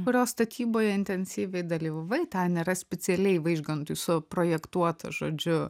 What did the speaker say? kurios statyboje intensyviai dalyvavai ten yra specialiai vaižgantui suprojektuotas žodžiu